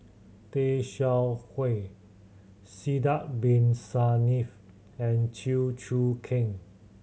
Tay Seow Huah Sidek Bin Saniff and Chew Choo Keng